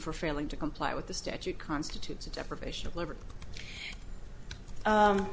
for failing to comply with the statute constitutes a deprivation of liberty